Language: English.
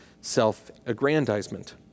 self-aggrandizement